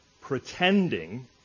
pretending